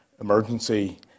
emergency